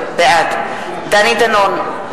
בעד דני דנון,